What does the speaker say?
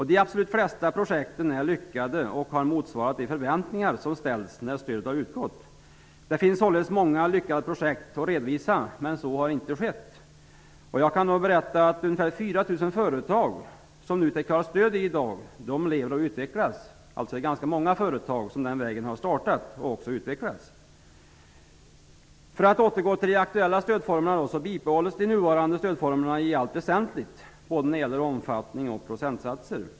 De absolut flesta projekten är lyckade och har motsvarat de förväntningar som ställts när stödet utgått. Det finns således många lyckade projekt att redovisa, men så har inte skett. Jag kan berätta att ungefär 4 000 företag, som NUTEK betalat stöd till, i dag lever och utvecklas. Det är alltså ganska många företag som har startat den vägen och utvecklats. För att återgå till de aktuella stödformerna så bibehålls de nuvarande formerna i allt väsentligt, både när det gäller omfattning och procentsatser.